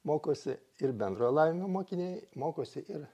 mokosi ir bendrojo lavinimo mokiniai mokosi ir